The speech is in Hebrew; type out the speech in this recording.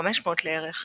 ב-1500 לערך,